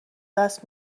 دست